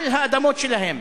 על האדמות שלהן,